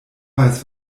weiß